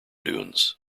dunes